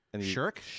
Shirk